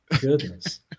goodness